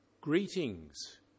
Greetings